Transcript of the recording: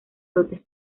dotes